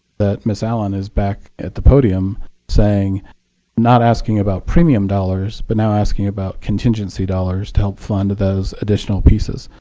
that miss allen is back at the podium saying not asking about premium dollars but now asking about contingency dollars to help fund those additional pieces.